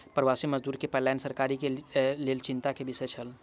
प्रवासी मजदूर के पलायन सरकार के लेल चिंता के विषय छल